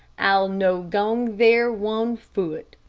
i'll no gang there one foot.